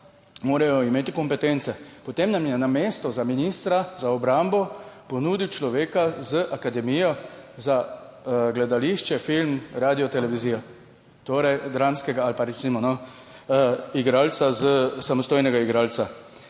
morajo imeti kompetence. Potem nam je namesto za ministra za obrambo ponudil človeka z Akademijo za gledališče, film, radio, televizijo, torej dramskega ali pa recimo igralca samostojnega igralca.